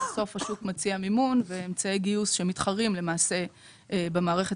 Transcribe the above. השוק מציע מימון ואמצעי גיוס שמתחרים למעשה במערכת